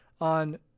on